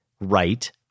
right